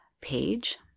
page